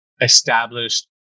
established